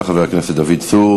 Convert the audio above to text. תודה, חבר הכנסת דוד צור.